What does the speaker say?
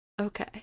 Okay